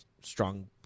strong